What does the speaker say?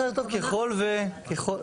'ככל ש-'.